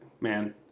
man